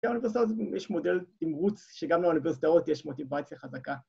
‫גם אוניברסיטאות יש מודל עם רוץ ‫שגם לאוניברסיטאות יש מוטיבייציה חזקה.